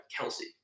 Kelsey